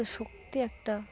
একটা শক্তি একটা